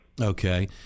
Okay